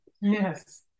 Yes